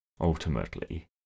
ultimately